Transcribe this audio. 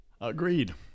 Agreed